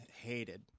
hated